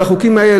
אבל החוקים האלה,